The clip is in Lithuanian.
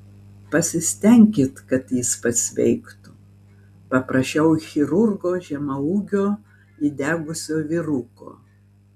pasistenkit kad jis pasveiktų paprašiau chirurgo žemaūgio įdegusio vyruko